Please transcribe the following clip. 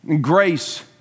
Grace